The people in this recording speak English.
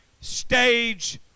stage